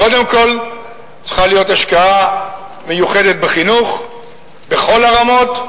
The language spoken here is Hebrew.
קודם כול צריכה להיות השקעה מיוחדת בחינוך בכל הרמות,